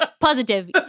Positive